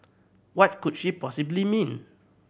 what could she possibly mean